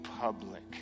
public